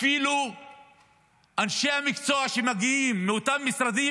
אפילו אנשי המקצוע שמגיעים מאותם משרדים